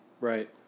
Right